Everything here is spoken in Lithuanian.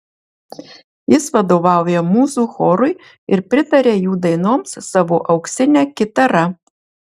jis vadovauja mūzų chorui ir pritaria jų dainoms savo auksine kitara